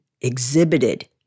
exhibited